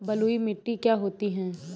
बलुइ मिट्टी क्या होती हैं?